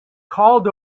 called